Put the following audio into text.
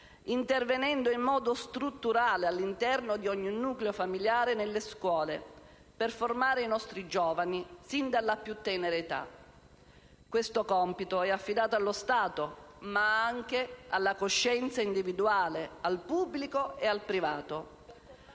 intervenendo in modo strutturale all'interno di ogni nucleo familiare e nelle scuole per formare i nostri giovani sin dalla più tenera età. Questo compito è affidato allo Stato, ma anche alla coscienza individuale, al pubblico e al privato.